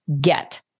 get